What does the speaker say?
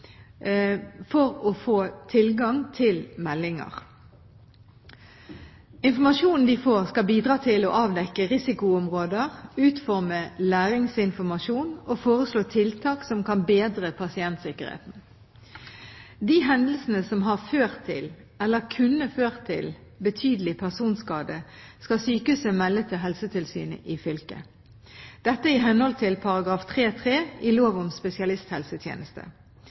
for å få tilgang til meldinger. Informasjonen de får, skal bidra til å avdekke risikoområder, utforme læringsinformasjon og foreslå tiltak som kan bedre pasientsikkerheten. De hendelsene som har ført til – eller kunne ha ført til – betydelig personskade, skal sykehuset melde til Helsetilsynet i fylket, dette i henhold til § 3-3 i lov om